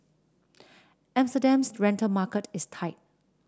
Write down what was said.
Amsterdam's rental market is tight